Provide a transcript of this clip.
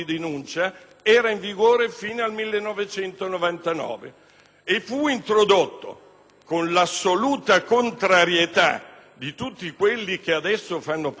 con l'assoluta contrarietà di tutti quelli che adesso fanno parte del Popolo della Libertà, perché allora vi era l'assunto